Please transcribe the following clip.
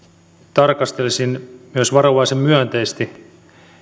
tarkastelisin myös varovaisen myönteisesti